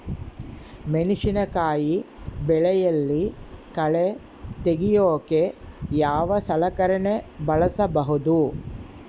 ಮೆಣಸಿನಕಾಯಿ ಬೆಳೆಯಲ್ಲಿ ಕಳೆ ತೆಗಿಯೋಕೆ ಯಾವ ಸಲಕರಣೆ ಬಳಸಬಹುದು?